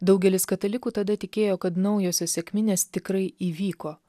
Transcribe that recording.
daugelis katalikų tada tikėjo kad naujosios sekminės tikrai įvyko